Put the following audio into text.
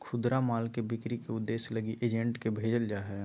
खुदरा माल के बिक्री के उद्देश्य लगी एजेंट के भेजल जा हइ